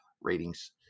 ratings